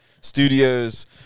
Studios